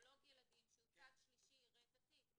שקרדיולוג ילדים שהוא צד שלישי יראה את התיק.